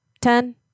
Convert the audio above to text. Ten